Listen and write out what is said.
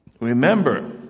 Remember